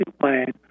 plan